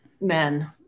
men